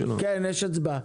כן, יש הצבעה.